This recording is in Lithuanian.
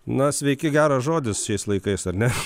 na sveiki geras žodis šiais laikais ar ne